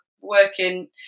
working